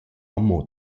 amo